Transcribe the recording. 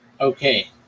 Okay